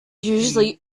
usually